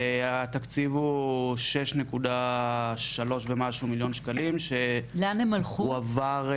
התקציב הוא 6.3 ומשהו מיליון שקלים שהועבר -- לאן הם עברו?